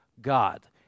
God